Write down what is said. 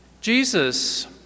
Jesus